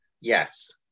Yes